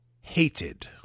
hated